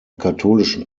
katholischen